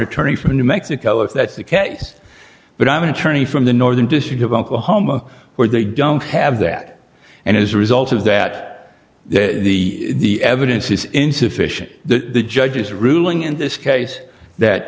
attorney from new mexico if that's the case but i'm an attorney from the northern district of oklahoma where they don't have that and as a result of that the evidence is insufficient the judge's ruling in this case that